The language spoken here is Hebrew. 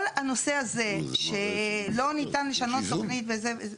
כל הנושא הזה שלא ניתן לשנות תוכנית וזה.